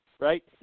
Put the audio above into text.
right